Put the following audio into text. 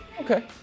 Okay